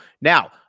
Now